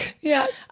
Yes